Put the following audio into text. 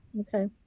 okay